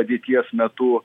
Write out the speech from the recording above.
padėties metu